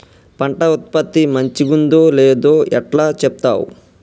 పంట ఉత్పత్తి మంచిగుందో లేదో ఎట్లా చెప్తవ్?